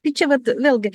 tai čia vat vėlgi